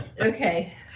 Okay